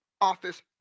office